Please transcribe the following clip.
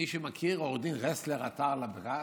מי שמכיר, עו"ד רסלר עתר לבג"ץ,